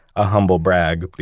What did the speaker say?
a humble-brag